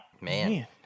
Man